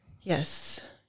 Yes